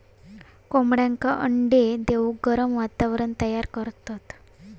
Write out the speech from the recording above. कोंबड्यांका अंडे देऊक गरम वातावरण तयार करतत